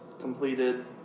completed